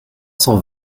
cent